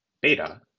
beta